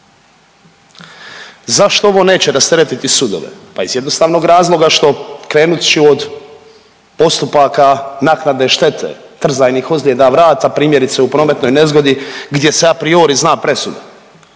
Zašto ovo neće rasteretiti sudove. Pa iz jednostavnog razloga što, krenut ću od postupaka naknade štete, trzajnih ozljeda vrata, primjerice u prometnoj nezgodi gdje se apriori zna presuda.